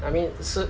I mean 是